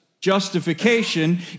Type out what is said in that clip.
justification